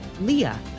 Leah